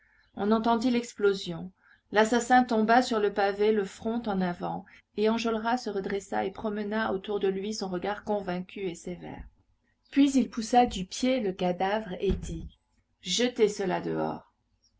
on entendit l'explosion l'assassin tomba sur le pavé le front en avant et enjolras se redressa et promena autour de lui son regard convaincu et sévère puis il poussa du pied le cadavre et dit jetez cela dehors